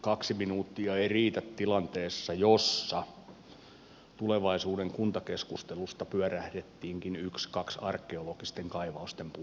kaksi minuuttia ei riitä tilanteessa jossa tulevaisuuden kuntakeskustelusta pyörähdettiinkin ykskaks arkeologisten kaivausten puolelle